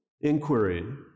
inquiry